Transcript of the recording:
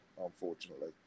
unfortunately